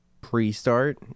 pre-start